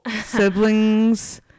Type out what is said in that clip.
siblings